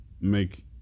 make